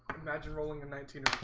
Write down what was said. imagine rolling and nineteen